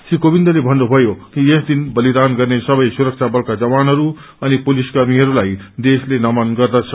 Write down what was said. श्री काविन्दले भन्नुभ्वयो कि यसदिन बलिदान गर्ने सबै सुरक्षा बलका जवानहरू अनि पुलिसकर्मीहरूलाई देशले नमन गर्दछ